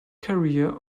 career